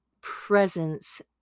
presence